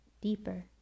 deeper